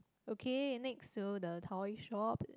okay next so the toy shop